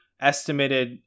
estimated